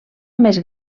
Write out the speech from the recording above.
més